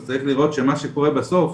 צריך לראות שמה שקורה בסוף,